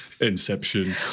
Inception